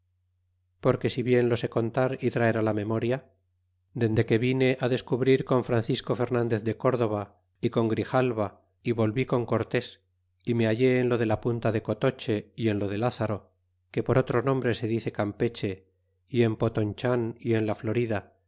porque si bien lo sé contar y traer la memoria dende que vine descubrir con francisco fernandes de córdova y con grijalva y volví con cortés y me hallé enlode la punta de cotoche y en lo de lázaro que por otro nombre se dice campeche y en potonchan y en la florida